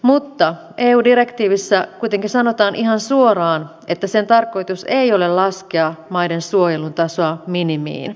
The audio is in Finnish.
mutta eu direktiivissä kuitenkin sanotaan ihan suoraan että sen tarkoitus ei ole laskea maiden suojelun tasoa minimiin